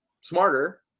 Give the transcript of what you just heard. smarter